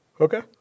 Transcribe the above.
Okay